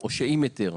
או עם היתר?